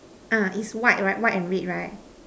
ah is white right white and red right